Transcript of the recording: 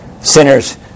Sinners